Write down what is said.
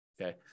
Okay